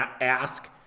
ask